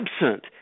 absent